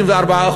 64%,